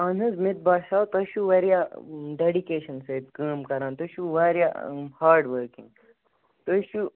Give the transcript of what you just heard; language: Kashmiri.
اہن حظ مےٚ تہِ باسیو تُہۍ چھو واریاہ ڈیڑِکیشن سۭتۍ کٲم کَران تُہۍ چھو واریاہ ہاڑؤرکِنگ تُہۍ چھو